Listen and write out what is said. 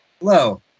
Hello